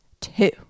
two